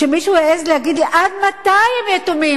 שמישהו העז להגיד לי: עד מתי הם יתומים?